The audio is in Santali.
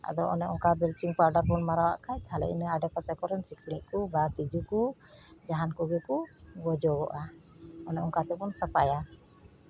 ᱟᱫᱚ ᱚᱱᱮ ᱚᱱᱠᱟ ᱵᱤᱞᱪᱤᱝ ᱯᱟᱣᱰᱟᱨ ᱵᱚᱱ ᱢᱟᱨᱟᱣ ᱟᱜ ᱠᱷᱟᱡ ᱛᱟᱦᱞᱮ ᱤᱱᱟᱹ ᱟᱰᱮᱯᱟᱥᱮ ᱠᱚᱨᱮᱱ ᱥᱤᱠᱲᱤᱡ ᱠᱚ ᱵᱟ ᱛᱤᱸᱡᱩ ᱠᱚ ᱡᱟᱦᱟᱱ ᱠᱚᱜᱮ ᱠᱚ ᱜᱚᱡᱚᱜᱚᱜᱼᱟ ᱚᱱᱮ ᱚᱱᱠᱟ ᱛᱮᱵᱚᱱ ᱥᱟᱯᱟᱭᱟ